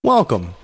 Welcome